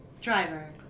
Driver